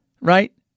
right